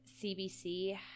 CBC